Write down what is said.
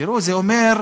תראו, את זה אומר,